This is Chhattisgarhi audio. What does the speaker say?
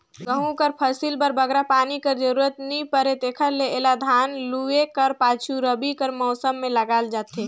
गहूँ कर फसिल बर बगरा पानी कर जरूरत नी परे तेकर ले एला धान लूए कर पाछू रबी कर मउसम में उगाल जाथे